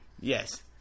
Yes